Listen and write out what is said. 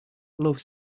love